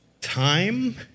time